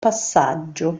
passaggio